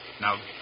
Now